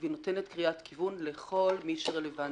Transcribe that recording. והיא נותנת קריאת כיוון לכל מי שרלוונטי.